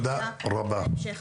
תודה רבה.